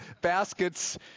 baskets